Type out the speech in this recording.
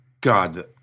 God